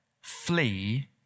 flee